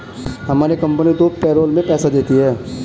हमारी कंपनी दो पैरोल में पैसे देती है